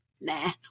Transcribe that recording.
Nah